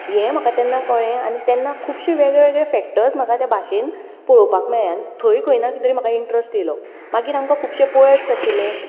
हें म्हाका तेन्ना कळ्ळें आनी तेन्ना खुबशे वेगळे वेगळे फेकटर्स म्हाका ते भाशेंत पळोवपाक मेळ्ळे आनी थंय ना कितें तरी म्हाका इंट्रस्ट येलो मागीर आमकां खुबशे पॉयट्स आशिल्ले